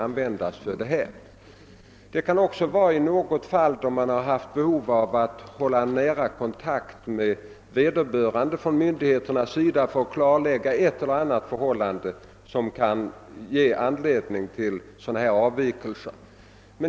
I något fall kan myndigheterna ha haft anledning att hålla nära kontakt med vederbörande för att kunna klarlägga ett och annat förhållande, vilket kunnat ge anledning till avvikelser.